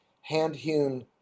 hand-hewn